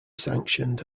sanctioned